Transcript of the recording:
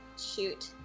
shoot